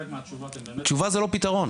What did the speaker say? תשובה זה לא פתרון.